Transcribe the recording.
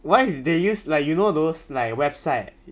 why do they use like you know those like website